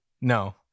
No